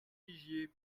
vigier